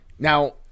Now